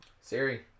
Siri